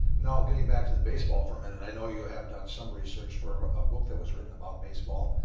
now getting back to the baseball for a minute i know you have done some research for a book that was written about baseball.